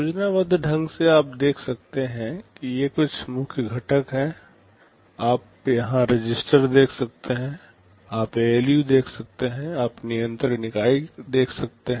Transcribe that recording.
योजनाबद्ध ढंग से आप देख सकते हैं कि ये मुख्य घटक हैं आप यहां रजिस्टर देख सकते हैं आप एएलयू देख सकते हैं आप नियंत्रण इकाई देख सकते हैं